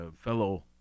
fellow